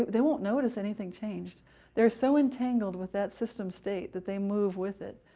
they won't notice anything changed they are so entangled with that system state, that they move with it.